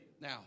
Now